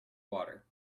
water